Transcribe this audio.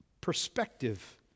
perspective